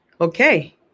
Okay